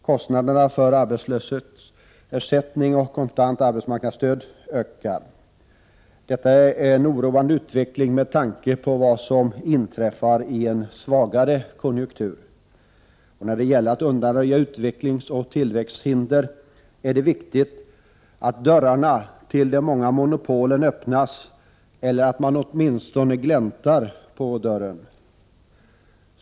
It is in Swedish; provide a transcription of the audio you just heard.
Kostnaderna för arbetslöshetsersättning och kontant arbetsmarknadsstöd ökar. Detta är en oroande utveckling med tanke på vad som inträffar i en svagare konjunktur. När det gäller att undanröja utvecklingsoch tillväxthinder är det viktigt att dörrarna till de många monopolen öppnas eller att man åtminstone gläntar på dörren.